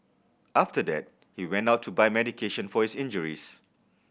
after that he went out to buy medication for his injuries